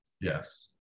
Yes